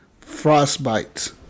Frostbite